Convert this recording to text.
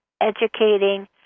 educating